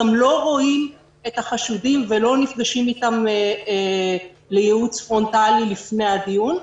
גם לא רואים את החשודים ולא נפגשים איתם לייעוץ פרונטלי לפני הדיון.